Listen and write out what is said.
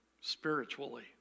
spiritually